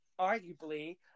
arguably